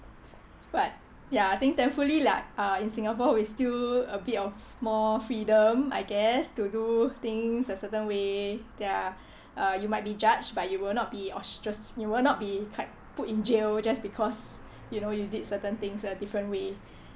but I think thankfully like uh in singapore we still a bit of more freedom I guess to do things a certain way ya you might be judged but you will not be ostra~ you will not be like put in jail just because you know you did certain things in a different way